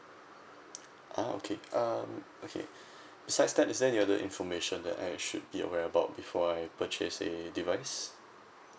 ah okay um okay besides that is there any other information that I should be aware about before I purchase a device